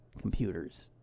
computers